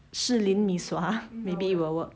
士林 mee sua maybe it will work